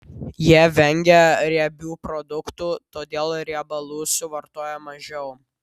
jie vengia riebių produktų todėl riebalų suvartoja mažiau